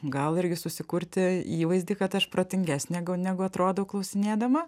gal irgi susikurti įvaizdį kad aš protingesnė negu atrodau klausinėdama